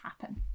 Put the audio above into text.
happen